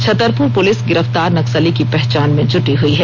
Chhatarpur police गिरफ्तार नक्सली की पहचान में जुटी हुई है